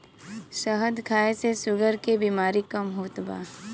शहद खाए से शुगर के बेमारी कम होत बा